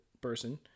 person